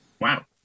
wow